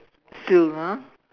silver